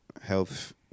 health